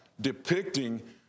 depicting